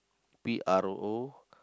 P R O